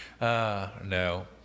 no